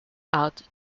out